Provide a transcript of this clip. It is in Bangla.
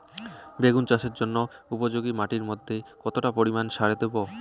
বেগুন চাষের জন্য উপযোগী মাটির মধ্যে কতটা পরিমান সার দেব?